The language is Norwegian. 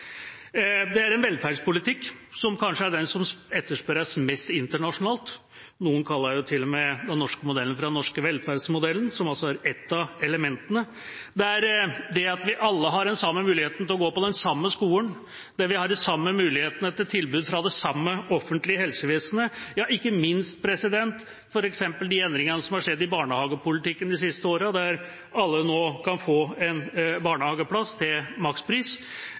Det er en velferdspolitikk som kanskje er den som etterspørres mest internasjonalt. Noen kaller til og med den norske modellen for den norske velferdsmodellen – som er ett av elementene. Det at vi alle har den samme muligheten til å gå på den samme skolen, de samme mulighetene til tilbud fra det samme offentlige helsevesenet, og ikke minst de endringene som har skjedd i barnehagepolitikken de siste årene, der alle nå kan få en barnehageplass til makspris,